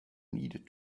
needed